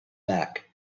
back